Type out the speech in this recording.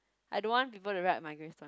I don't want people to write my grades story